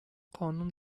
قانون